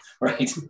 right